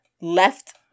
left